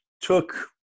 took